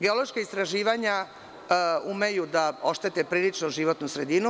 Geološka istraživanja umeju da oštete prilično životnu sredinu.